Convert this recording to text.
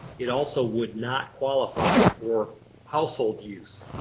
it also would not qualify for household use.